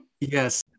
Yes